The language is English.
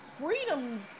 freedom